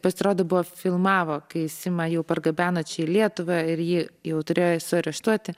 pasirodo buvo filmavo kai simą jau pargabeno čia į lietuvą ir jį jau turėjo suareštuoti